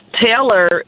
Taylor